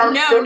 no